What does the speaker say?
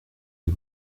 les